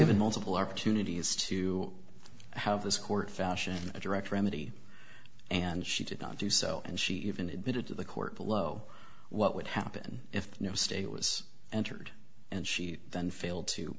given multiple opportunities to have this court fashion a direct remedy and she did not do so and she even admitted to the court below what would happen if no state was entered and she then failed to